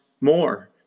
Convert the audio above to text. more